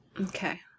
Okay